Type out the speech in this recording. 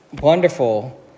wonderful